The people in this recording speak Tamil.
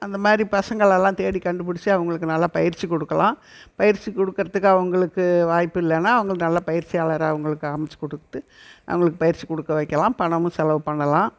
அந்த மாதிரி பசங்களெல்லாம் தேடி கண்டுபிடிச்சி அவர்களுக்கு நல்லா பயிற்சி கொடுக்கலாம் பயிற்சி கொடுக்கறதுக்கு அவங்களுக்கு வாய்ப்பு இல்லைன்னா அவங்களுக்கு நல்ல பயிற்சியாளராக அவங்களுக்கு அமைத்து கொடுத்து அவங்களுக்கு பயிற்சி கொடுக்க வைக்கலாம் பணமும் செலவு பண்ணலாம்